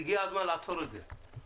הגיע הזמן לעצור את זה.